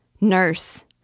Nurse